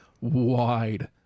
Wide